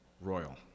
royal